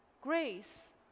Grace